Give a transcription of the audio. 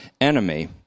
enemy